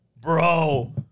Bro